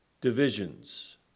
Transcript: divisions